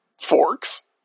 forks